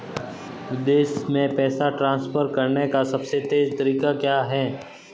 विदेश में पैसा ट्रांसफर करने का सबसे तेज़ तरीका क्या है?